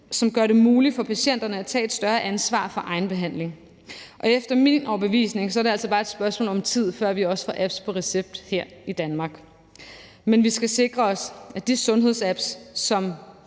som gør det muligt for patienterne at tage et større ansvar for egen behandling. Og efter min overbevisning er det altså bare et spørgsmål om tid, før vi også får apps på recept her i Danmark. Men vi skal sikre os, at de sundhedsapps, som